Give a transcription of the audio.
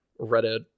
Reddit